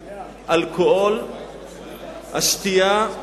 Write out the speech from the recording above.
אלכוהול, השתייה,